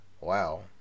wow